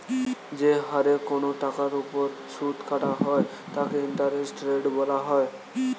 যে হারে কোন টাকার উপর সুদ কাটা হয় তাকে ইন্টারেস্ট রেট বলা হয়